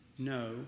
No